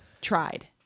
tried